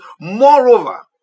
moreover